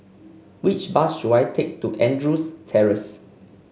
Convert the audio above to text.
which bus should I take to Andrews Terrace